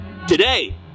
Today